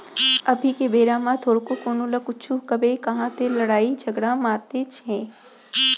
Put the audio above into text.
अभी के बेरा म थोरको कोनो ल कुछु कबे तहाँ ले लड़ई झगरा मातनेच हे